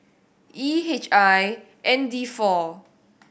E H I N D four